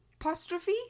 apostrophe